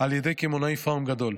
על ידי קמעונאי פארם גדול,